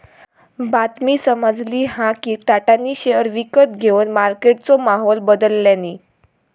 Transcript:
बातमी समाजली हा कि टाटानी शेयर विकत घेवन मार्केटचो माहोल बदलल्यांनी